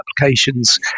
applications